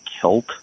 kilt